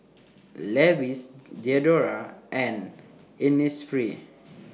Levi's Diadora and Innisfree